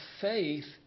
faith